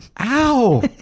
Ow